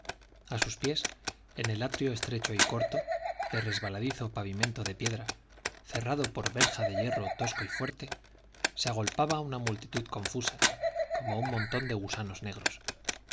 a sus pies en el atrio estrecho y corto de resbaladizo pavimento de piedra cerrado por verja de hierro tosco y fuerte se agolpaba una multitud confusa como un montón de gusanos negros